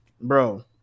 bro